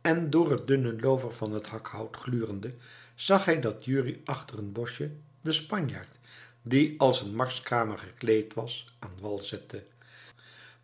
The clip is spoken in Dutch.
en door het dunne loover van het hakhout glurende zag hij dat jurrie achter een boschje den spanjaard die als een marskramer gekleed was aan wal zette